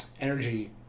energy